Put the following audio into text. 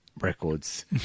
records